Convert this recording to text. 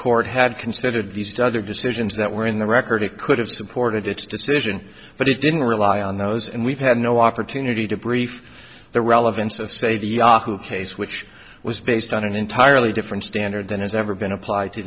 court had considered these done their decisions that were in the record it could have supported its decision but it didn't rely on those and we've had no opportunity to brief the relevance of say the yahoo case which was based on an entirely different standard than has ever been appl